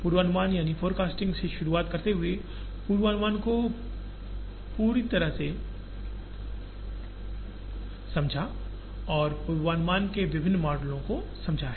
पूर्वानुमानफोरकास्टिंग से शुरुआत करते हुए पूर्वानुमान को पूरी तरह से समझा पूर्वानुमान में विभिन्न मॉडलों को समझा है